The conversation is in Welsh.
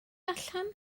allan